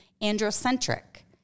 androcentric